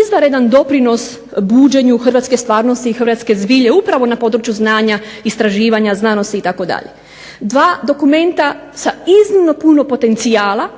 izvanredan doprinos buđenju hrvatske stvarnosti i hrvatske zbilje upravo na području znanja, istraživanja, znanosti itd. Dva dokumenta sa iznimno puno potencijala